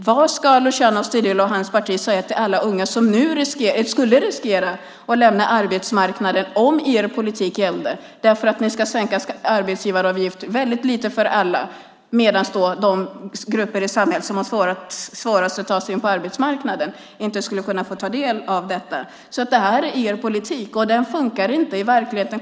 Vad ska Luciano Astudillo och hans parti säga till alla unga som skulle riskera att få lämna arbetsmarknaden om er politik gällde? Ni vill sänka arbetsgivaravgifterna väldigt lite för alla, medan de grupper i samhället som har svårast att ta sig in på arbetsmarknaden inte skulle få ta del av detta. Detta är er politik, och den funkar inte i verkligheten.